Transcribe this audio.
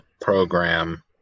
program